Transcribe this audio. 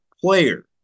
player